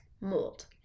mold